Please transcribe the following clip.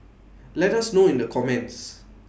let us know in the comments